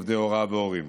עובדי הוראה והורים.